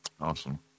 Awesome